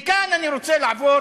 מכאן אני רוצה לעבור